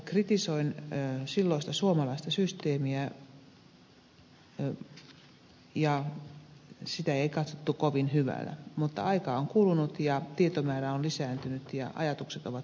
kritisoin silloista suomalaista systeemiä ja sitä ei katsottu kovin hyvällä mutta aikaa on kulunut tietomäärä on lisääntynyt ja ajatukset ovat muuttuneet